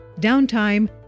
downtime